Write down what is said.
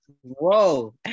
Whoa